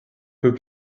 peu